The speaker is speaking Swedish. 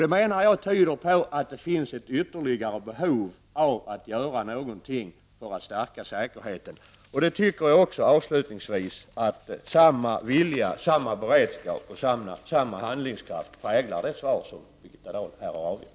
Jag menar att detta tyder på att det finns ytterligare behov av att göra något för att stärka säkerheten. Avslutningsvis tycker jag att samma vilja, beredskap och handlingskraft präglar det svar som Birgitta Dahl här har avgivit.